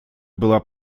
была